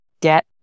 get